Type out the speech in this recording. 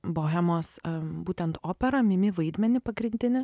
bohemos būtent operą mimi vaidmenį pagrindinį